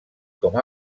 com